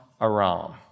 Aram